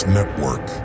Network